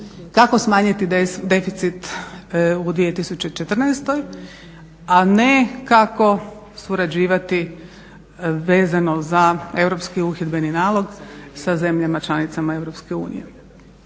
kako smanjiti deficit u 2014., a ne kako surađivati vezano za europski uhidbeni nalog sa zemljama članicama EU.